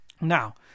Now